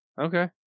Okay